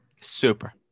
Super